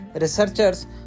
Researchers